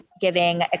giving